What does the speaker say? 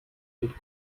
need